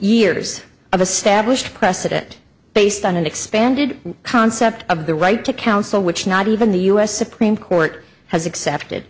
years of a stablished precedent based on an expanded concept of the right to counsel which not even the u s supreme court has accepted